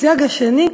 הסייג השני,